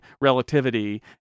relativity